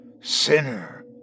Sinner